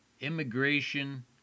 Immigration